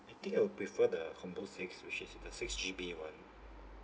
I think I would prefer the combo six which is the six G_B one